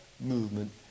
movement